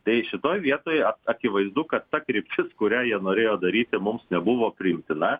tai šitoj vietoj akivaizdu kad ta kryptis kurią jie norėjo daryti mums nebuvo priimtina